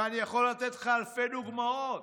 ואני יכול לתת אלפי דוגמאות,